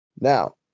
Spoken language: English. Now